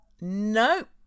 Nope